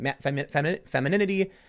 femininity